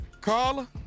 Carla